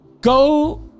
go